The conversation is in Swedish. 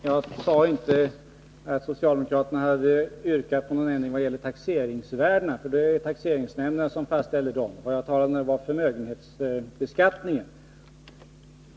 Herr talman! Jag sade inte att socialdemokraterna hade yrkat på någon ändring av taxeringsvärdena — det är taxeringsnämnderna som fastställer dem. Vad jag talade om var förmögenhetsbeskattningen.